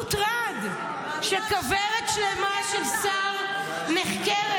מוטרד, שכוורת שלמה של שר נחקרת.